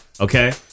Okay